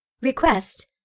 Request